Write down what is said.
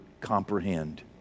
comprehend